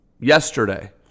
yesterday